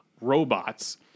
robots